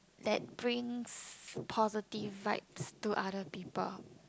that brings positive vibe to other people